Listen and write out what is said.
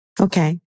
Okay